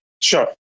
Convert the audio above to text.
Sure